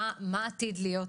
מה עתיד להיות,